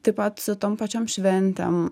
taip pat su tom pačiom šventėm